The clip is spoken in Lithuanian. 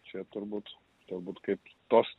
čia turbūt galbūt kaip tos